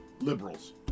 liberals